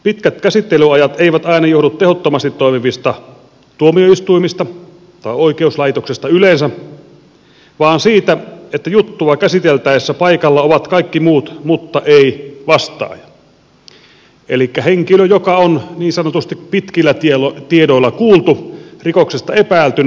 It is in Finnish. pitkät käsittelyajat eivät aina johdu tehottomasti toimivista tuomioistuimista tai oikeuslaitoksesta yleensä vaan siitä että juttua käsiteltäessä paikalla ovat kaikki muut mutta ei vastaaja elikkä henkilö joka on niin sanotusti pitkillä tiedoilla kuultu rikoksesta epäiltynä